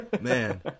Man